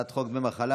הצעת חוק דמי מחלה,